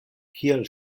kial